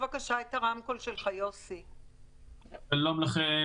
שלום לכם.